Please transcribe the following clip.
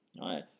right